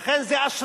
לכן, זו אשליה.